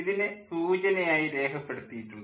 ഇതിനെ സൂചന ആയി രേഖപ്പെടുത്തിയിട്ടുണ്ട്